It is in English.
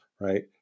right